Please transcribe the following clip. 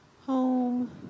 home